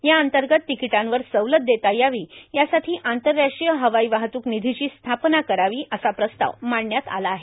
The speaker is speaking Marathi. याअंतर्गत तिकीटांवर सवलत देता यावी यासाठी आंतरराष्ट्रीय हवाई वाहतूक निधीची स्थापना करावी असा प्रस्ताव मांडण्यात आला आहे